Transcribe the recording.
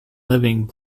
living